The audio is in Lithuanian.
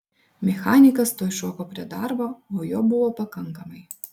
mechanikas tuoj šoko prie darbo o jo buvo pakankamai